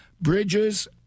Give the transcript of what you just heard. bridges